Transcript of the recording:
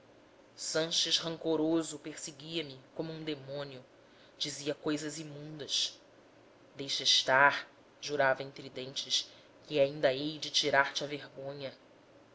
sanches rancoroso perseguia me como um demônio dizia coisas imundas deixa estar jurava entre dentes que ainda hei de tirar te a vergonha